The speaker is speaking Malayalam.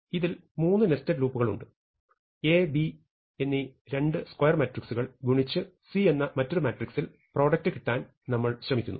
ഇതിൽ 3 നെസ്റ്റഡ് ലൂപ്പുകളുണ്ട് A B എന്നീ 2 സ്ക്വയർ മാട്രിക്സുകൾ ഗുണിച്ച് C എന്ന മറ്റൊരു മാട്രിക്സിൽ പ്രോഡക്റ്റ് കിട്ടാൻ നമ്മൾ ശ്രമിക്കുന്നു